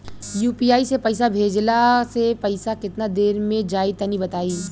UPI से पईसा भेजलाऽ से पईसा केतना देर मे जाई तनि बताई?